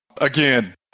again